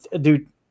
Dude